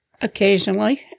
Occasionally